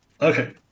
Okay